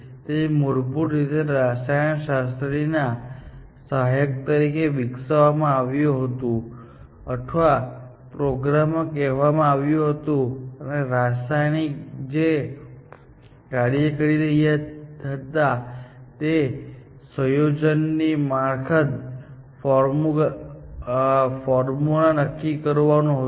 તે મૂળભૂત રીતે રસાયણશાસ્ત્રી ના સહાયક તરીકે વિકસાવવામાં આવ્યું હતું અથવા પ્રોગ્રામ કરવામાં આવ્યું હતું અને રસાયણશાસ્ત્રી જે કાર્ય કરી રહ્યા હતા તે એક સંયોજન ની માળખાગત ફોર્મ્યુલા નક્કી કરવાનું હતું